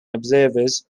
observers